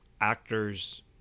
actors